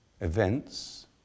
events